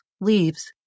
leaves